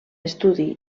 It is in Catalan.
estudi